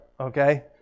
Okay